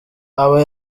aba